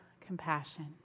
compassion